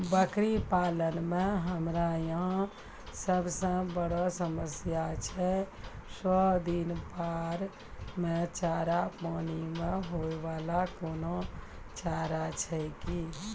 बकरी पालन मे हमरा यहाँ सब से बड़ो समस्या छै सौ दिन बाढ़ मे चारा, पानी मे होय वाला कोनो चारा छै कि?